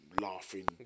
laughing